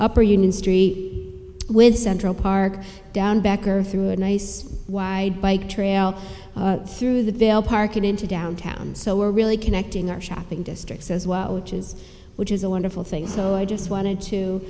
or union street with central park down backer through a nice wide bike trail through the veil park and into downtown so we're really connecting our shopping districts as well which is which is a wonderful thing so i just wanted to